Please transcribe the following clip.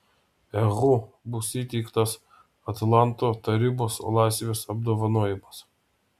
ehu bus įteiktas atlanto tarybos laisvės apdovanojimas